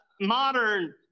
modern